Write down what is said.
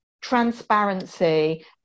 transparency